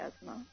asthma